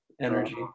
energy